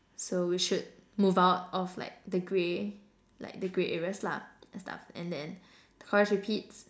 so we should move out of like the grey like the grey areas lah and stuff and then the chorus repeats